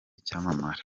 icyamamare